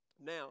Now